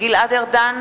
גלעד ארדן,